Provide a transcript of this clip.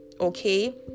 okay